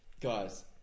Guys